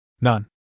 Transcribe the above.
None